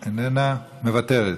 מוותרת.